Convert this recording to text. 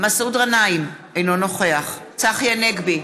מסעוד גנאים, אינו נוכח צחי הנגבי,